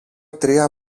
τρία